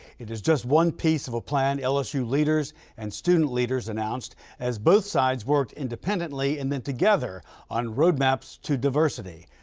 it is just one piece of a plan lsu leaders and student leaders announced as both sides worked independently and then together on road maps to diversity.